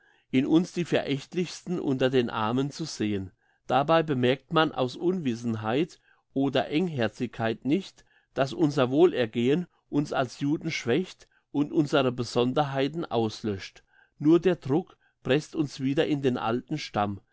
in uns die verächtlichsten unter den armen zu sehen dabei bemerkt man aus unwissenheit oder engherzigkeit nicht dass unser wohlergehen uns als juden schwächt und unsere besonderheiten auslöscht nur der druck presst uns wieder an den alten stamm